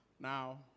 Now